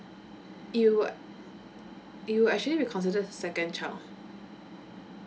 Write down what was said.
you you actually reconsider the second child